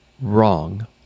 wrong